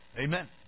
Amen